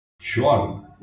Sure